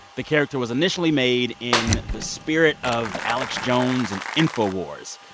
the character was initially made in the spirit of alex jones and infowars,